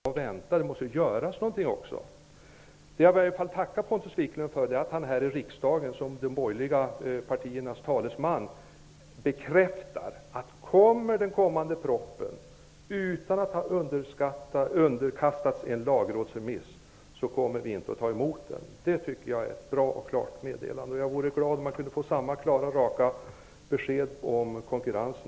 Herr talman! Pontus Wiklund säger att man skall vänta med alla detaljer och huvudlinjer. Vi har väntat två och ett halvt år efter det första skarpa uttalandet. Vi har väntat två år efter det andra uttalandet, och vi har väntat 15 månader efter det tredje. Ingenting händer. Vänta och vänta -- det måste göras något. Jag vill tacka Ponuts Wiklund för att han här i riksdagen som de borgerliga partiernas talesman bekräftar att om den kommande propositionen inte har underkastats en lagrådsremiss kommer de borgerliga inte att acceptera den. Jag tycker att det är ett bra och klart meddelande. Jag vore glad om vi kunde få samma klara och raka besked i fråga om konkurrensen.